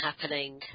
happening